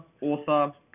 author